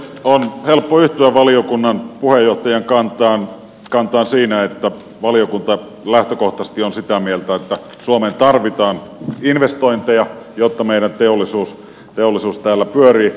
on helppo yhtyä valiokunnan puheenjohtajan kantaan siinä kun valiokunta lähtökohtaisesti on sitä mieltä että suomeen tarvitaan investointeja jotta meidän teollisuutemme täällä pyörii